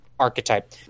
archetype